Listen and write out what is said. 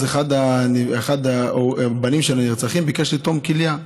אחד הבנים של הנרצחים ביקש לתרום כליה,